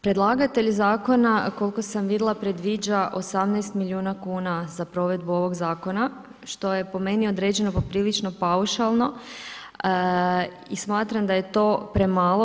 Predlagatelj zakona, koliko sam vidjela, predviđa 18 milijuna kuna za provedbu ovog Zakona, što je po meni određeno poprilično paušalno i smatram da je to premalo.